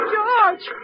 George